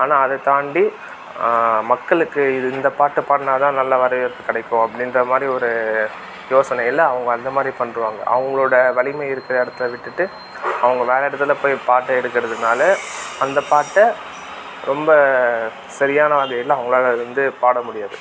ஆனால் அதைத் தாண்டி மக்களுக்கு இது இந்த பாட்டை பாடினா தான் நல்லா வரவேற்பு கிடைக்கும் அப்படின்றா மாதிரி ஒரு யோசனையில் அவங்க அந்த மாதிரி பண்ணிருவாங்க அவங்களோட வலிமை இருக்கிற இடத்த விட்டுவிட்டு அவங்க வேறு இடத்துல போய் பாட்டு எடுக்கிறதுனால அந்த பாட்டை ரொம்ப சரியான வகையில் அவங்களால அது வந்து பாட முடியாது